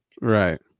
Right